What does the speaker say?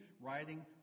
writing